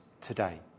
today